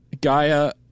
Gaia